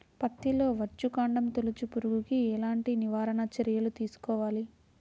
పత్తిలో వచ్చుకాండం తొలుచు పురుగుకి ఎలాంటి నివారణ చర్యలు తీసుకోవాలి?